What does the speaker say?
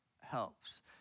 helps